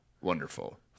wonderful